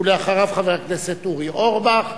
ואחריו, חבר הכנסת אורי אורבך.